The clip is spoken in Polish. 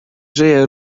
żyje